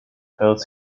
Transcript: hurts